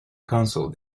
consul